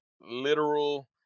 literal